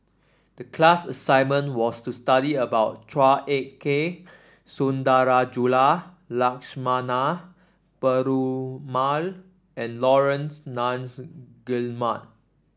the class assignment was to study about Chua Ek Kay Sundarajulu Lakshmana Perumal and Laurence Nunns Guillemard